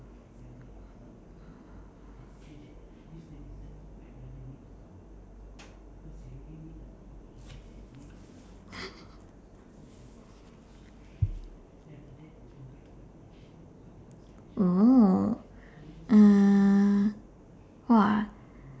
oh uh !wah!